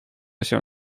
się